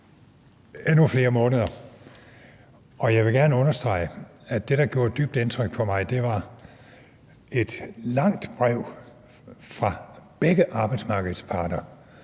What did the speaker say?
endnu flere måneder, og jeg vil gerne understrege, at det, der gjorde dybt indtryk på mig, var et langt brev fra begge arbejdsmarkedets parter